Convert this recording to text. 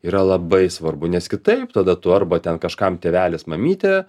yra labai svarbu nes kitaip tada tu arba ten kažkam tėvelis mamytė